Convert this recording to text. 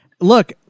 look